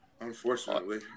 Unfortunately